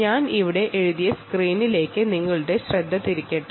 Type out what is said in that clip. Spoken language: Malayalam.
ഞാൻ ഇവിടെ എഴുതിയ സ്ക്രീനിലേക്ക് നോക്കു